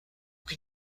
can